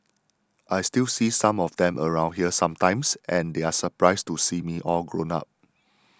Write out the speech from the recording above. I still see some of them around here sometimes and they are surprised to see me all grown up